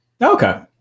Okay